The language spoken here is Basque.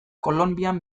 kolonbian